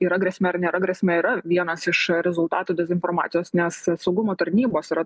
yra grėsmė ar nėra grėsmė yra vienas iš rezultatų dezinformacijos nes saugumo tarnybos yra